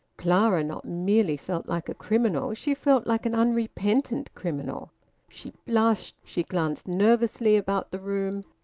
clara not merely felt like a criminal she felt like an unrepentant criminal she blushed, she glanced nervously about the room,